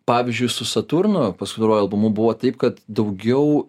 pavyzdžiui su saturnu pastaruoju albumu buvo taip kad daugiau